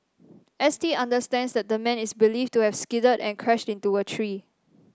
S T understands that the man is believed to have skidded and crashed into a tree